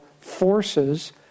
forces